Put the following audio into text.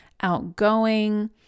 outgoing